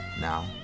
Now